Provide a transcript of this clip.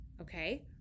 okay